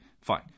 fine